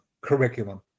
Curriculum